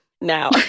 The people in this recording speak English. Now